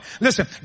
listen